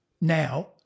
now